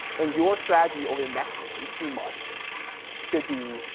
and your strategy over the next eighteen months should be,